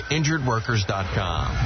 InjuredWorkers.com